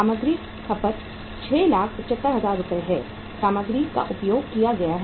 सामग्री खबर 675000 रुपये है सामग्री का उपयोग किया गया है